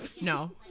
No